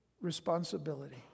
responsibility